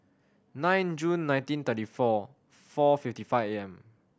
nine June nineteen thirty four four fifty five A M